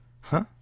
Huh